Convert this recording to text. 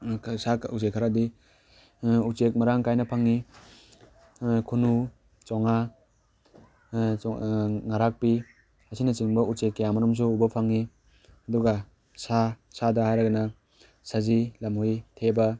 ꯁꯥ ꯎꯆꯦꯛ ꯈꯔꯗꯤ ꯎꯆꯦꯛ ꯃꯔꯥꯡ ꯀꯥꯏꯅ ꯐꯪꯏ ꯈꯨꯟꯅꯨ ꯆꯣꯡꯉꯥ ꯉꯥꯔꯥꯛꯄꯤ ꯑꯁꯤꯅꯆꯤꯡꯕ ꯎꯆꯦꯛ ꯀꯌꯥꯃꯔꯨꯝꯁꯨ ꯎꯕ ꯐꯪꯏ ꯑꯗꯨꯒ ꯁꯥ ꯁꯥꯗ ꯍꯥꯏꯔꯒꯅ ꯁꯖꯤ ꯂꯝꯍꯨꯏ ꯊꯦꯕ